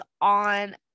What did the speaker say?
on